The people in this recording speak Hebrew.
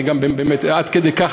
אני גם באמת עד כדי כך,